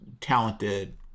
talented